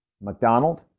McDonald